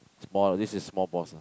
small this is small balls one